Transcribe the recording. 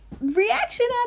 reaction